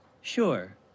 Sure